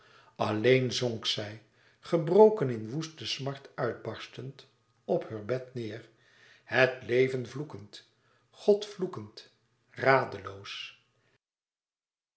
zonk zij gebroken in woeste smart uitbarstend op heur bed neêr het leven vloekend god vloekend